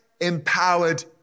empowered